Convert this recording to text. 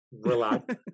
relax